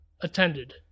attended